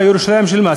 ירושלים של מה?